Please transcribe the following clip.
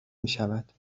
میشود